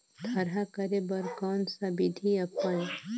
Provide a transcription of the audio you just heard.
थरहा करे बर कौन सा विधि अपन?